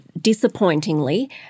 disappointingly